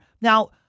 Now